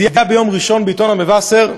זו ידיעה ביום ראשון בעיתון "המבשר":